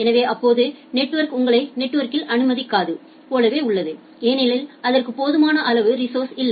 எனவேஅப்போது network உங்களை நெட்வொர்கில் அனுமதிக்காதது போலவே உள்ளது ஏனெனில் அதற்கு போதுமான அளவு ரிஸோஸர்ஸ் இல்லை